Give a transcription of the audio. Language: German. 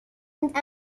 und